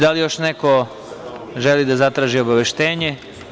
Da li još neko želi da zatraži obaveštenje?